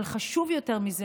אבל חשוב יותר מזה,